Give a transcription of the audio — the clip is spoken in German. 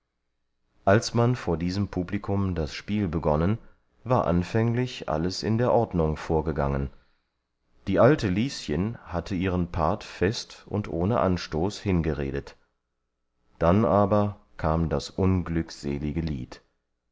als man vor diesem publikum das spiel begonnen war anfänglich alles in der ordnung vorgegangen die alte lieschen hatte ihren part fest und ohne anstoß hingeredet dann aber kam das unglückselige lied